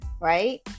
right